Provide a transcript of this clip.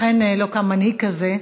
לכן לא קם מנהיג כזה.